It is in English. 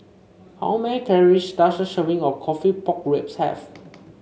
how many calories does a serving of coffee Pork Ribs have